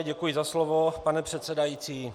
Děkuji za slovo, pane předsedající.